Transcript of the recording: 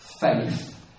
faith